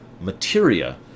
Materia